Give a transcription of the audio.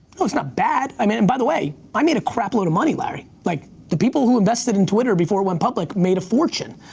no, it's not bad i mean and by the way, i made a crap load of money, larry. like the people who invested in twitter before it went public made a fortune.